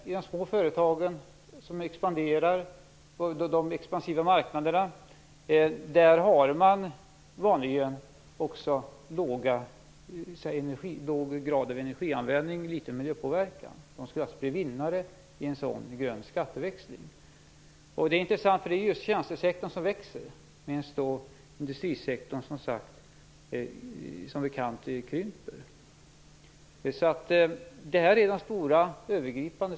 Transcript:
I de små företagen på de expansiva marknaderna har man vanligen en låg grad av energianvändning och liten miljöpåverkan. De företagen skulle alltså bli vinnare i en grön skatteväxling. Det är intressant, för det är just tjänstesektorn som växer. Industrisektorn krymper som bekant. Det är det stora, övergripande.